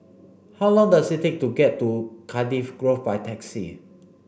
how long does it take to get to Cardiff Grove by taxi